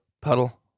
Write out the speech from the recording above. puddle